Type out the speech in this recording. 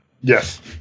Yes